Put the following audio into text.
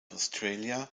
australia